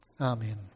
Amen